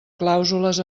clàusules